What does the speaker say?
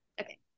Okay